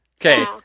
Okay